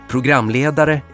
Programledare